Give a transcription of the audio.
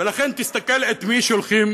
ולכן, תסתכל את מי שולחים